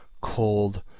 cold